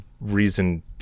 reason